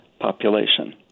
population